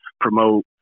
promote